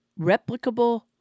replicable